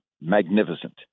magnificent